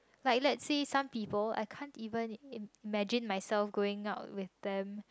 like let say some people I can't even imagine myself going out with them